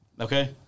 Okay